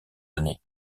années